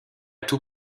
tout